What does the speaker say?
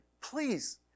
Please